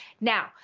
Now